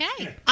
Okay